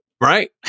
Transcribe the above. Right